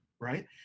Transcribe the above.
right